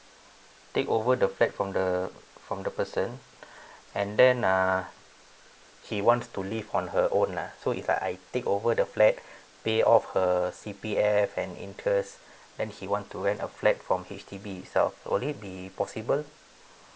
take over the flat from the from the person and then uh she wants to live on her own lah so if like I take over the flat pay off her C_P_F and interest then she want to rent a flat from H_D_B itself will it be possible